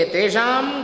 Tejam